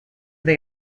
they